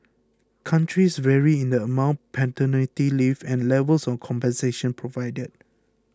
countries vary in the amount paternity leave and levels of compensation provided